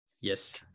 yes